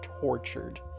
tortured